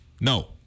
No